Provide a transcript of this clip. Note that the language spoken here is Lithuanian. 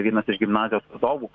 vienas iš gimnazijos vadovų